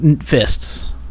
fists